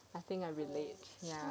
I think I like ya